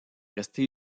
resté